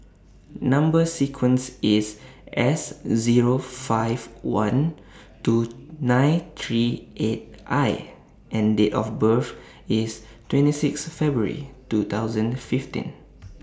Number sequence IS S Zero five one two nine three eight I and Date of birth IS twenty six February two thousand fifteen